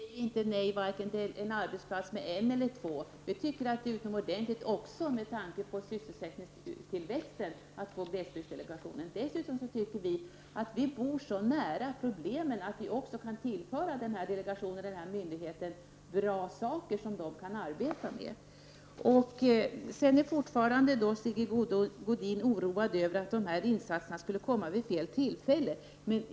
Herr talman! Vi i länet säger inte nej till en arbetsplats, även om där skulle finnas bara en eller två personer. Vi anser att det även med tanke på sysselsättningstillväxten är utomordentligt bra att glesbydsdelegationen förläggs till vårt län. Dessutom tycker vi att vi bor så nära problemen att vi kan tillföra denna delegation bra saker som den kan arbeta med. Sigge Godin oroas fortfarande över att dessa insatser skulle sättas in vid fel tillfälle.